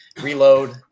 reload